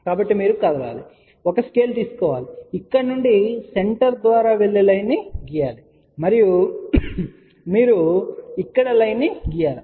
కాబట్టి మీరు కదలాలి ఒక స్కేల్ తీసుకోవాలి ఇక్కడి నుండి సెంటర్ ద్వారా వెళ్లే లైను ను గీయండి మరియు మీరు ఇక్కడ లైన్ ను గీయండి